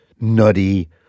nutty